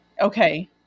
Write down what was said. Okay